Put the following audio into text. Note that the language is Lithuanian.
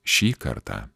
šį kartą